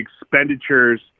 expenditures